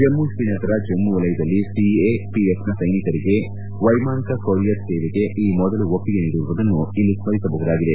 ಜಮ್ನು ತ್ರೀನಗರ ಜಮ್ನು ವಲಯದಲ್ಲಿ ಸಿಎಪಿಎಫ್ನ ಸೈನಿಕರಿಗೆ ವೈಮಾನಿಕ ಕೊರಿಯರ್ ಸೇವೆಗೆ ಈ ಮೊದಲು ಒಪ್ಪಿಗೆ ನೀಡಿರುವುದನ್ನು ಇಲ್ಲಿ ಸ್ಮರಿಸಬಹುದಾಗಿದೆ